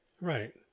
Right